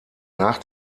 nach